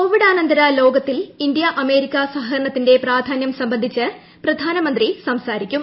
കോവിഡാനന്തര ലോകത്തിൽ India America സ്ഹകരണത്തിന്റെ പ്രാധാന്യം സംബന്ധിച്ച് പ്രധാനമന്ത്രി സംസാരിക്കും